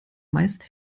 meist